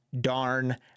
darn